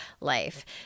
life